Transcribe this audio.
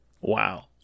Wow